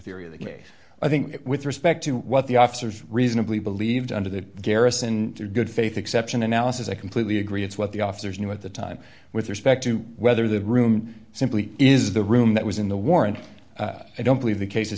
theory of the case i think with respect to what the officers reasonably believed under the garrison good faith exception analysis i completely agree it's what the officers knew at the time with respect to whether the room simply is the room that was in the warrant i don't believe the case